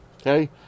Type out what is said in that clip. okay